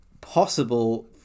possible